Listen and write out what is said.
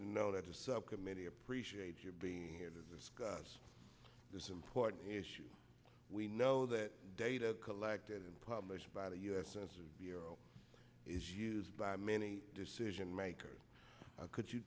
you know that a subcommittee appreciate your being here to discuss this important issue we know that data collected and published by the u s census bureau is used by many decision makers could you